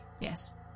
Yes